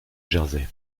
jersey